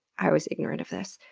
i was ignorant of this.